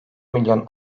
milyon